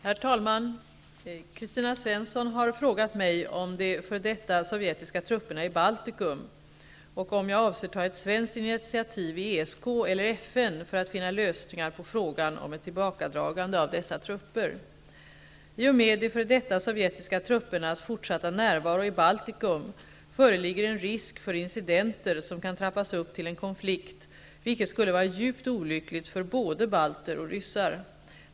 Herr talman! Kristina Svensson har frågat mig om de f.d. sovjetiska trupperna i Baltikum och om jag avser att ta ett svenskt initiativ i ESK eller FN för att finna lösningar på frågan om ett tillbakadragande av dessa trupper. I och med de f.d. sovjetiska truppernas fortsatta närvaro i Baltikum föreligger en risk för incidenter som kan trappas upp till en konflikt, vilket skulle vara djupt olyckligt för både balter och ryssar.